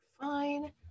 Fine